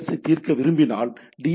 எஸ்ஸைத் தீர்க்க விரும்பினால் டி